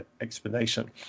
explanation